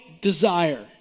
desire